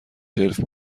جلف